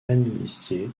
amnistié